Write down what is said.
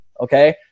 okay